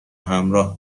همراه